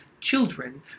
children